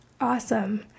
Awesome